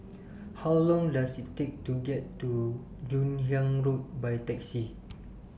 How Long Does IT Take to get to Joon Hiang Road By Taxi